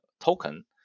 token